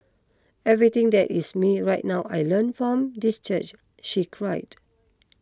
everything that is me right now I learn from this church she cried